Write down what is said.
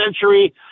century